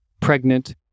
Pregnant